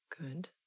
Good